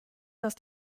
dass